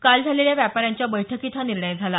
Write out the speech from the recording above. काल झालेल्या व्यापाऱ्यांच्या बैठकीत हा निर्णय झाला